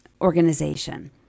organization